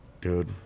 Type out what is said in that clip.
Dude